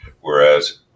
whereas